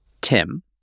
Tim